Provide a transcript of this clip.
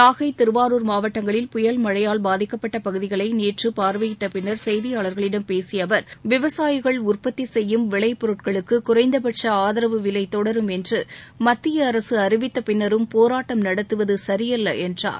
நாகை திருவாரூர் மாவட்டங்களில் புயல் மழையால் பாதிக்கப்பட்ட பகுதிகளை நேற்று பார்வையிட்ட பின்னர் செய்தியாளர்களிடம் பேசிய அவர் விவசாயிகள் உற்பத்தி செய்யும் விளைப் பொருட்களுக்கு குறைந்தபட்ச ஆதரவு விலை தொடரும் என்று மத்திய அரசு அறிவித்த பின்னரும் போராட்டம் நடத்துவது சரியல்ல என்றார்